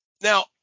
Now